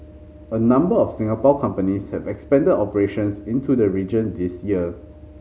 a number of Singapore companies have expanded operations into the region this year